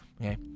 Okay